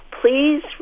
please